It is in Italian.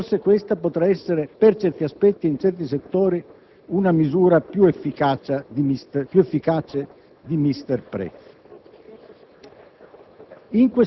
e credo che forse questa potrà essere per certi aspetti ed in certi settori una misura più efficace di "Mister